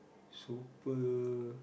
super